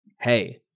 Hey